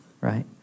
right